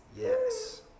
Yes